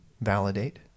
validate